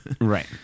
Right